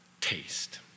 taste